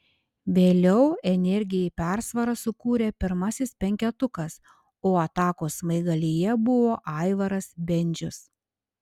vėliau energijai persvarą sukūrė pirmasis penketukas o atakos smaigalyje buvo aivaras bendžius